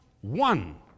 one